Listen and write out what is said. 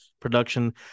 production